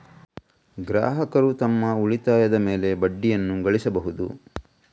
ಗ್ರಾಹಕರು ತಮ್ಮ ಉಳಿತಾಯದ ಮೇಲೆ ಬಡ್ಡಿಯನ್ನು ಗಳಿಸಬಹುದು